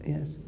Yes